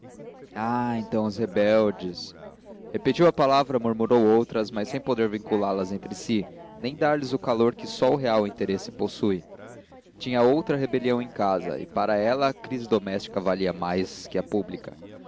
ah então os rebeldes repetiu a palavra murmurou outras mas sem poder vinculá las entre si nem dar-lhes o calor que só o real interesse possui tinha outra rebelião em casa e para ela a crise doméstica valia mais que a pública